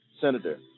senator